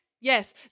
yes